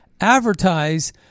advertise